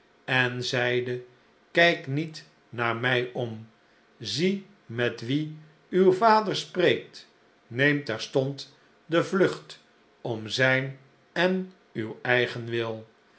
en zeide kijk niet naar mij om zie met wien uw vader spreekt neem terstond de vlucht om zijn en uw eigen wil